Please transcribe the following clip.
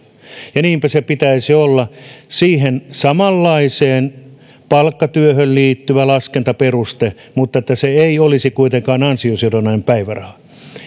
niinpä sen pitäisi olla siihen samanlaiseen palkkatyöhön liittyvä laskentaperuste mutta niin että se ei olisi kuitenkaan ansiosidonnainen päiväraha